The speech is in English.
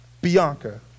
Bianca